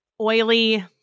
oily